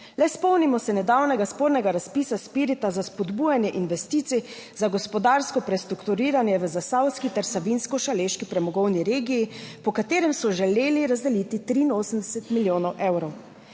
le spomnimo se nedavnega spornega razpisa Spirita za spodbujanje 3. TRAK (VI) 10.10 (nadaljevanje) investicij za gospodarsko prestrukturiranje v zasavski ter savinjsko šaleški premogovni regiji, po katerem so želeli razdeliti 83 milijonov evrov.